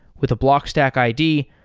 with a blockstack id,